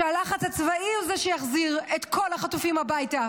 שהלחץ הצבאי הוא זה שיחזיר את כל החטופים הביתה.